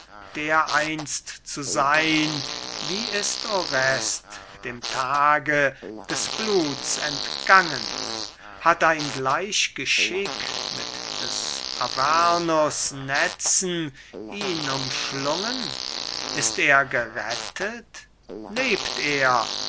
dereinst zu sein wie ist orest dem tage des bluts entgangen hat ein gleich geschick mit des avernus netzen ihn umschlungen ist er gerettet lebt er